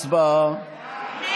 הצבעה.